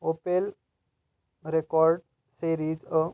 Opel Rekord series a